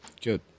Good